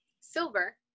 silver